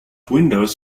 windows